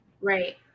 Right